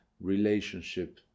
relationship